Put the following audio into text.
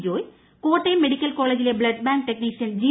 Joy Kottayam medical കോളേജില്ലെ blood bank technician G